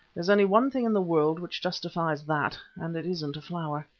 there's only one thing in the world which justifies that, and it isn't a flower.